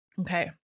Okay